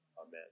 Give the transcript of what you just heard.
amen